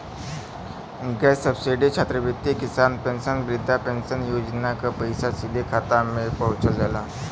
gas subsidy छात्रवृत्ति किसान pension वृद्धा पेंशन योजना क पैसा सीधे खाता में पहुंच जाला